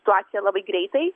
situacija labai greitai